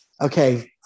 okay